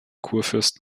kurfürst